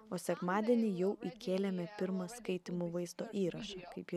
o sekmadienį jau kėlėme pirmą skaitymų vaizdo įrašą kaip jį